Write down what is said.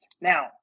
Now